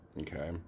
Okay